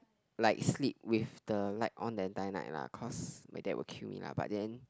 like sleep with the light on the entire night lah cause my dad will kill me lah but then